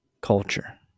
culture